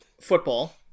football